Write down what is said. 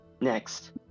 next